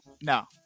No